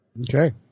Okay